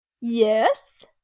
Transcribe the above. Yes